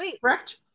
correct